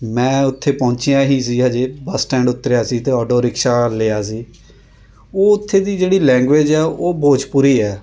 ਮੈਂ ਉੱਤੇ ਪਹੁੰਚਿਆ ਹੀ ਸੀ ਹਜੇ ਬੱਸ ਸਟੈਂਡ ਉੱਤਰਿਆ ਸੀ ਤਾਂ ਆਟੋ ਰਿਕਸ਼ਾ ਲਿਆ ਸੀ ਉਹ ਉੱਥੇ ਦੀ ਜਿਹੜੀ ਲੈਂਗੁਏਜ ਹੈ ਉਹ ਭੋਜਪੁਰੀ ਹੈ